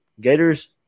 Gators